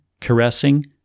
caressing